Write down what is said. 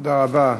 תודה רבה.